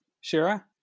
Shira